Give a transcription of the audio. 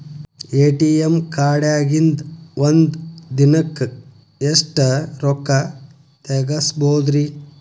ATM ಕಾರ್ಡ್ನ್ಯಾಗಿನ್ದ್ ಒಂದ್ ದಿನಕ್ಕ್ ಎಷ್ಟ ರೊಕ್ಕಾ ತೆಗಸ್ಬೋದ್ರಿ?